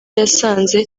yasanze